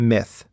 Myth